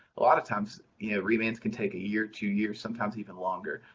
a lot of times you know remands can take a year, two years, sometimes even longer.